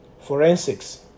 Forensics